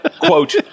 quote